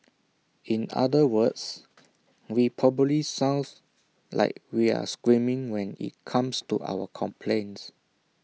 in other words we probably sound like we're screaming when IT comes to our complaints